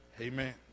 amen